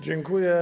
Dziękuję.